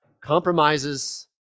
Compromises